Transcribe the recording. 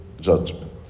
judgment